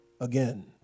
again